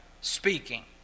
speaking